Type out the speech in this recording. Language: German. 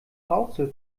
rauxel